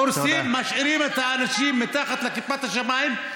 הורסים, משאירים את האנשים מתחת לכיפת השמיים.